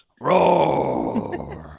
Roar